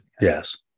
yes